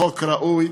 חוק ראוי,